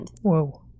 Whoa